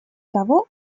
того